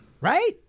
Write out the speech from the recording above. Right